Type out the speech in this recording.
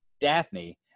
Daphne